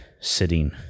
sitting